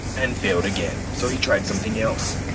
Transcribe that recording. and failed again. so he tried something else.